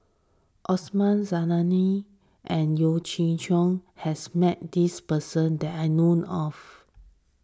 Osman Zailani and Yeo Chee Kiong has met this person that I know of